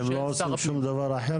אתם עכשיו לא עושים שום דבר אחר?